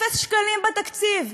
אפס שקלים בתקציב.